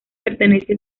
pertenece